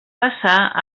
passar